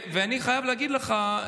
ואני חייב להגיד לך,